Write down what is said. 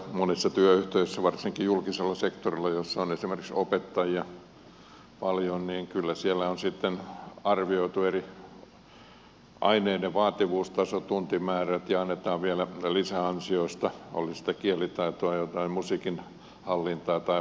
monissa työyhteisöissä varsinkin julkisella sektorilla joissa on esimerkiksi opettajia paljon kyllä on sitten arvioitu eri aineiden vaativuustaso tuntimäärät ja palkitaan vielä lisäansiosta oli se kielitaitoa jotain musiikin hallintaa tai vastaavaa